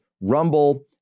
Rumble